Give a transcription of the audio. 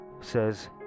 says